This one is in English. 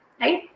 right